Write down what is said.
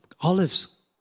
olives